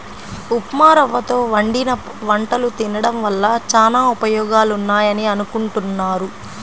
ఉప్మారవ్వతో వండిన వంటలు తినడం వల్ల చానా ఉపయోగాలున్నాయని అనుకుంటున్నారు